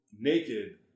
naked